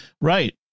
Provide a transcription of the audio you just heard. Right